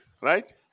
right